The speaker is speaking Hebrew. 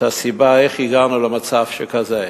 את הסיבה, איך הגענו למצב שכזה.